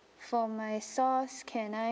for my sauce can I